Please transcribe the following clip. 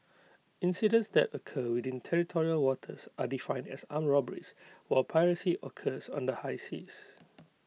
incidents that occur within territorial waters are defined as armed robberies while piracy occurs on the high seas